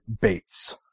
Bates